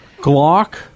Glock